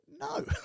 No